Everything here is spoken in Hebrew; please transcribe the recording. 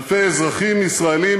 אלפי אזרחים ישראלים?